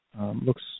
looks